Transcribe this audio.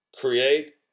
create